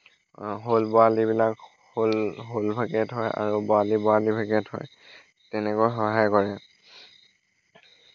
শ'ল বৰালিবিলাক শ'ল শ'ল ভাগে থয় আৰু বৰালিবিলাক বৰালি বৰালি ভাগে থয় তেনেকুৱাকৈ সহায় কৰে